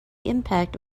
impact